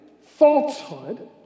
falsehood